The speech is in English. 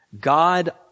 God